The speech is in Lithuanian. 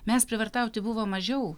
mes prievartauti buvom mažiau